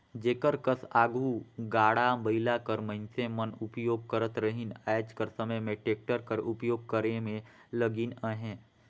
जेकर कस आघु गाड़ा बइला कर मइनसे मन उपियोग करत रहिन आएज कर समे में टेक्टर कर उपियोग करे में लगिन अहें